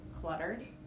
cluttered